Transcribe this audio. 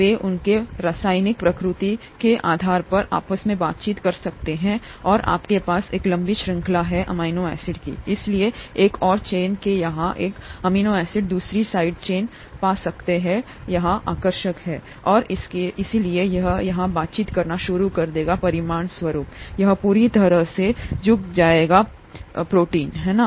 वे उनके रासायनिक प्रकृति के आधार पर आपस में बातचीत कर सकते हैं और आपके पास एक लंबी श्रृंखला है अमीनो एसिड इसलिए एक ओर चेन के यहाँ एक एमिनो एसिड दूसरी साइड चेन पा सकता है यहाँ आकर्षक है और इसलिए यह यहाँ बातचीत करना शुरू कर देगा परिणामस्वरूप यह पूरी तरह से झुक जाएगा प्रोटीन यहाँ है ना